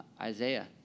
Isaiah